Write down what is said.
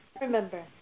Remember